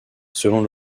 selon